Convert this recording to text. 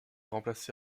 remplacé